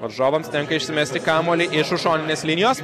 varžovams tenka išsimesti kamuolį iš už šoninės linijos